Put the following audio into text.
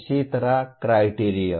इसी तरह क्राइटेरिओं